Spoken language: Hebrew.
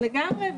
לגמרי.